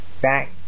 back